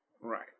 right